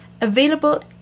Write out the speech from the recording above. available